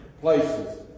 places